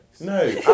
No